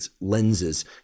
lenses